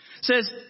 says